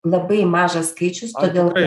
labai mažas skaičius todėl